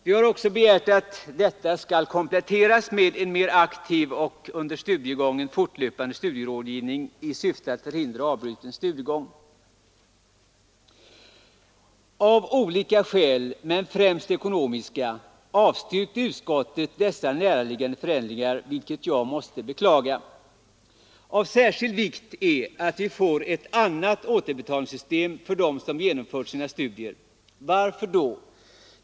Vi har också begärt att detta skall kompletteras med en mer aktiv och under studiegången fortlöpande studierådgivning i syfte att förhindra avbruten studiegång. Av olika skäl, främst ekonomiska, avstyrker utskottet dessa näraliggande förändringar, vilket jag måste beklaga. Av särskild vikt är att vi får ett annat återbetalningssystem för dem som genomfört sina studier. Och varför det?